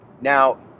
Now